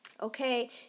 Okay